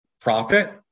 profit